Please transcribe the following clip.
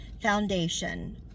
foundation